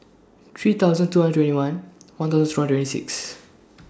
three thousand two hundred twenty one one thousand two hundred six